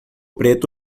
preto